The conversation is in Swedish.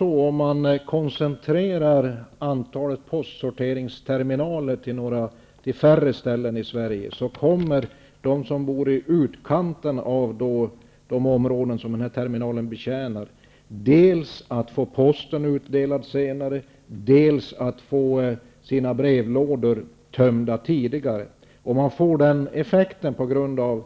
Om man koncentrerar antalet postsorteringsterminaler till färre orter i Sverige kommer de som bor i utkanten av de områden som terminalerna betjänar att få posten utdelad senare och postlådorna tömda tidigare. Man får den effekten på grund av